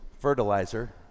Fertilizer